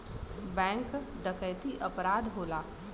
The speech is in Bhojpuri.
बैंक डकैती अपराध होला